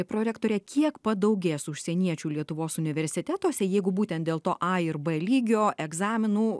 prorektore kiek padaugės užsieniečių lietuvos universitetuose jeigu būtent dėl to a ir b lygio egzaminų